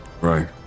Right